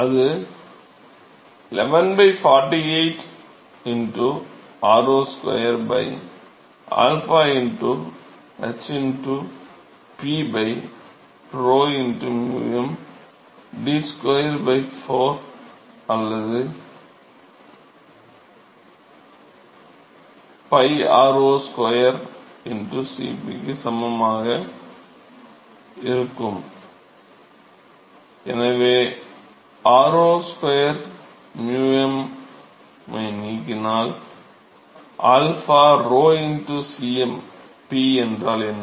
அது 11 48 r0 2 𝝰 h P 𝝆 um d 2 4 அல்லது 𝝿 r0 2 Cp க்கு சமமாக இருக்கும் r02 u m ஐ நீக்கினால் 𝝰 𝝆 Cp என்றால் என்ன